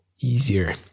easier